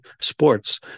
sports